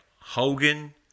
Hogan